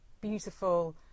beautiful